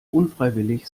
unfreiwillig